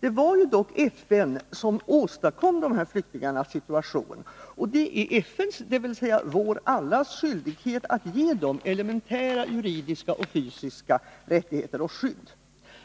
Det var dock FN som åstadkom flyktingarnas situation, och det är FN:s, dvs. allas vår, skyldighet att ge dem elementära juridiska och fysiska rättigheter och skydd.